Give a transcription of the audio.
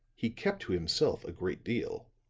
he kept to himself a great deal.